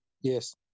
Yes